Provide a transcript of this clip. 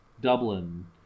Dublin